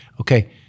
Okay